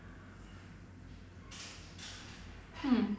hmm